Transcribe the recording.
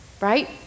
right